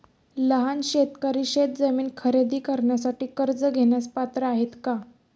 लहान शेतकरी शेतजमीन खरेदी करण्यासाठी कर्ज घेण्यास पात्र आहेत का?